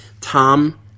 Tom